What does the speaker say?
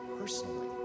personally